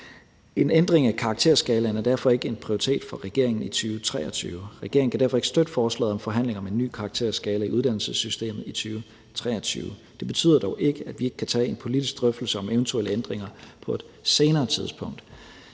En ændring af karakterskalaen er derfor ikke en prioritet for regeringen i 2023. Regeringen kan derfor ikke støtte forslaget om forhandling om en ny karakterskala i uddannelsessystemet i 2023. Det betyder dog ikke, at vi ikke kan tage en politisk drøftelse om eventuelle ændringer på et senere tidspunkt.